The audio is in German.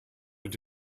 mit